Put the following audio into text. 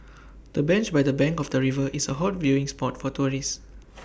the bench by the bank of the river is A hot viewing spot for tourists